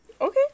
Okay